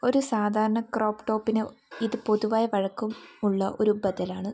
ഒരു സാധാരണ ക്രോപ്പ് ടോപ്പിന് ഇത് പൊതുവായ പഴക്കം ഉള്ള ഒരു ബദലാണ്